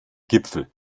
gipfel